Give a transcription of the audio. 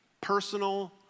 personal